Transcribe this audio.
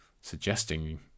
suggesting